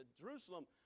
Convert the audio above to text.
Jerusalem